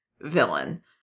villain